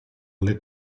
alle